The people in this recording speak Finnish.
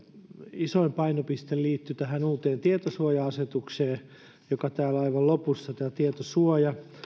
isoin painopiste liittyi tähän uuteen tietosuoja asetukseen joka täällä on aivan lopussa tietosuoja